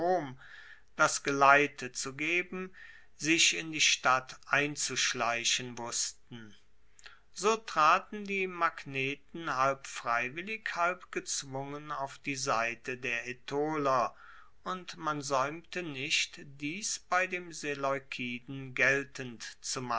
das geleite zu geben sich in die stadt einzuschleichen wussten so traten die magneten halb freiwillig halb gezwungen auf die seite der aetoler und man saeumte nicht dies bei dem seleukiden geltend